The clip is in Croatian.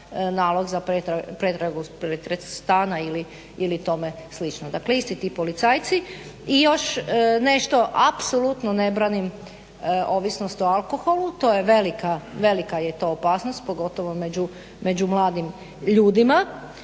nalog za pretragu stana ili tome slično. Dakle, isti ti policajci. I još nešto. Apsolutno ne branim ovisnost o alkoholu. To je velika, velika je to opasnost pogotovo među mladim ljudima.